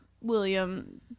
William